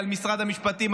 על משרד המשפטים,